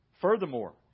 Furthermore